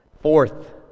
Fourth